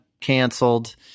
canceled